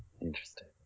Interesting